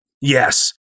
Yes